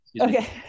Okay